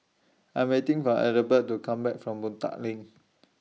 I'm waiting For Adelbert to Come Back from Boon Tat LINK